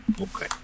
okay